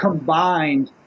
Combined